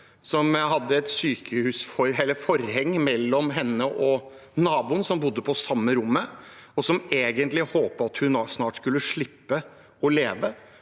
som hadde et forheng mellom seg og naboen som bodde på samme rommet, og hun håpet egentlig at hun snart skulle slippe å leve